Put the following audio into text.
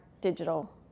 digital